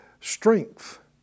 strength